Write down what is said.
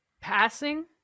Passing